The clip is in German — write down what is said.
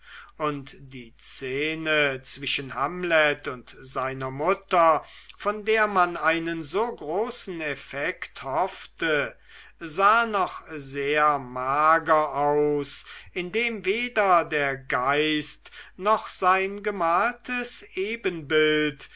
und die szene zwischen hamlet und seiner mutter von der man einen so großen effekt hoffte sah noch sehr mager aus indem weder der geist noch sein gemaltes ebenbild